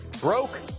broke